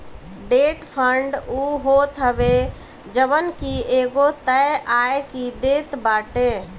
debt fund उ होत हवे जवन की एगो तय आय ही देत बाटे